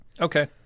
Okay